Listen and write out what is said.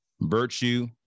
virtue